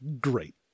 Great